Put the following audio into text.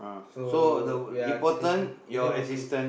so we're taking Indian Muslim